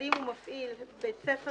מפעיל בית ספר